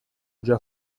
già